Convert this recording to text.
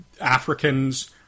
Africans